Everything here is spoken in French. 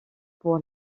pour